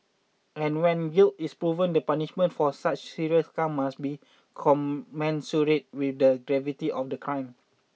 and when guilt is proven the punishment for such serious crimes must be commensurate with the gravity of the crime